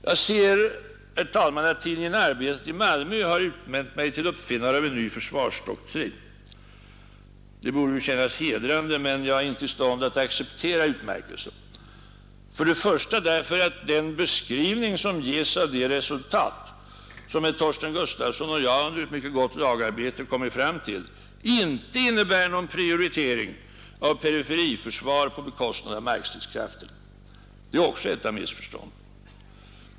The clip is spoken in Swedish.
Jag ser, herr talman, att tidningen Arbetet i Malmö har utnämnt mig till uppfinnare av en ny försvarsdoktrin. Det borde ju kännas hedrande, men jag är inte i stånd att acceptera utmärkelsen. För det första därför att den beskrivning som ges av det resultat, som herr Torsten Gustafsson och jag under ett mycket gott lagarbete kommit fram till, inte innebär någon prioritering av periferiförsvar på bekostnad av markstridskrafterna. Det är också ett av missförstånden.